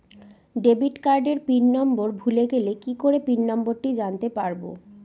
Debit কার্ডের PIN number ভুলে গেলে কি করে পিন নম্বরটি জানতে পারবো?